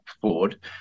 forward